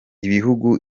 ibihugu